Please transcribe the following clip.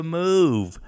move